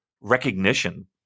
recognition